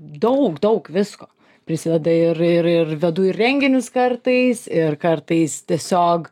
daug daug visko prisideda ir ir ir vedu ir renginius kartais ir kartais tiesiog